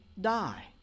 die